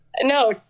No